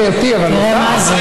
מילא אותי, אבל אותך?